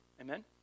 Amen